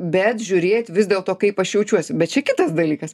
bet žiūrėt vis dėl to kaip aš jaučiuosi bet čia kitas dalykas